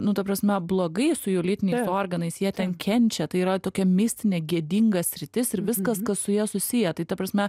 nu ta prasme blogai su jų lytiniai organais jie ten kenčia tai yra tokia mistinė gėdinga sritis ir viskas kas su ja susiję tai ta prasme